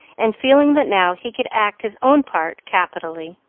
and feeling that now he could act his own part capitally.